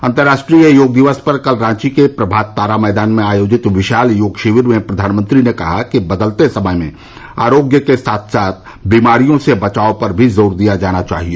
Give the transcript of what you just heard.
अंतर्राष्ट्रीय योग दिवस पर कल रांची के प्रभात तारा मैदान में आयोजित विशाल योग शिविर में प्रधानमंत्री ने कहा कि बदलते समय में आरोग्य के साथ साथ बीमारियों से बचाव पर भी जोर दिया जाना चाहिए